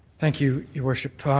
thank you, your worship.